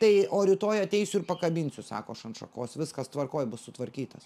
tai o rytoj ateisiu ir pakabinsiu sako aš ant šakos viskas tvarkoj bus sutvarkytas